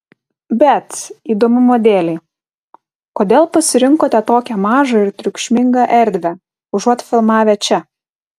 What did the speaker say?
bet įdomumo dėlei kodėl pasirinkote tokią mažą ir triukšmingą erdvę užuot filmavę čia